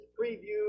preview